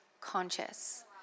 conscious